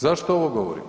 Zašto ovo govorim?